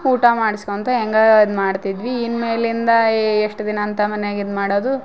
ಊಟ ಮಾಡ್ಸ್ಕೊಳ್ತಾ ಹೆಂಗಾರ ಇದು ಮಾಡ್ತಿದ್ವಿ ಇನ್ಮೇಲಿಂದ ಎಷ್ಟು ದಿನ ಅಂತ ಮನ್ಯಾಗೆ ಇದು ಮಾಡೋದು